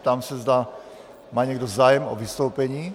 Ptám se, zda má někdo zájem o vystoupení.